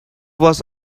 was